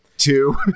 two